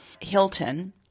Hilton